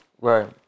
right